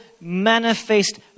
manifest